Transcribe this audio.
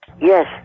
Yes